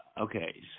Okay